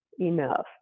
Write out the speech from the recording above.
enough